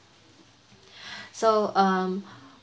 so um